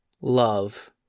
love